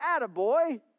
attaboy